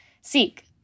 seek